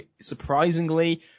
surprisingly